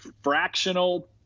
fractional